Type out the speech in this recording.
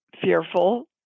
fearful